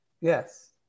Yes